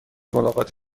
ملاقات